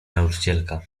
nauczycielka